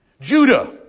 Judah